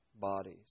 bodies